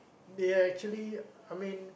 they are actually I mean